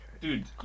Dude